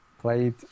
played